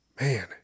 Man